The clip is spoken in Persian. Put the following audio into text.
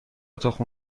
تخم